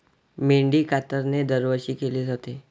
मेंढी कातरणे दरवर्षी केली जाते